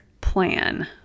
plan